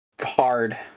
hard